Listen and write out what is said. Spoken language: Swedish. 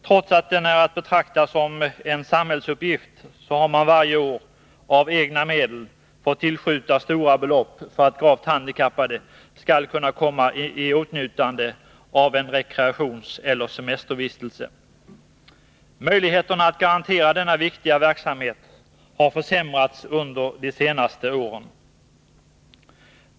Trots att Onsdagen den den är att betrakta som en samhällsuppgift har man varje år av egna medel 24 mars 1982 fått tillskjuta stora belopp för att gravt handikappade skall kunna komma i åtnjutande av en rekreationseller semestervistelse. Möjligheterna att garantera denna viktiga verksamhet har försämrats under de senaste åren.